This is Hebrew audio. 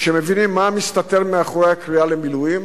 שמבינים מה מסתתר מאחורי הקריאה למילואים.